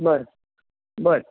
बर बर